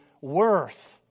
worth